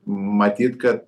matyt kad